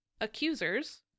accusers